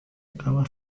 acaba